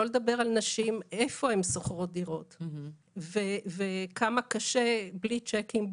נדבר על נשים איפה הן שוכרות דירות וכמה קשה בלי שיקים,